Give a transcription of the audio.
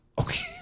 Okay